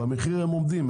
במחיר הם עומדים,